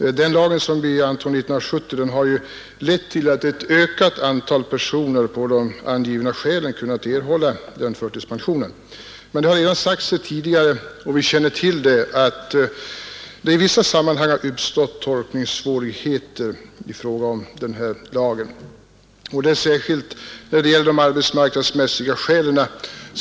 Den lag vi antog 1970 har lett till att ett ökat antal personer på de angivna skälen kunnat erhålla förtidspension. Men det har, som man har sagt här tidigare, i vissa sammanhang uppstått tolkningssvårigheter. Detta gäller särskilt de arbetsmarknadsmässiga skälen.